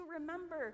remember